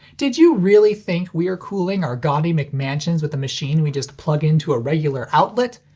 did you really think we're cooling our gaudy mcmansions with a machine we just plug into a regular outlet?